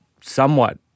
somewhat